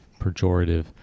pejorative